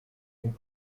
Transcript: font